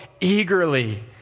eagerly